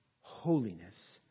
holiness